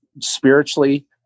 spiritually